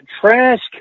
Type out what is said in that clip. Trask